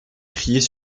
criait